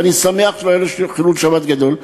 ואני שמח שלא היה חילול שבת גדול.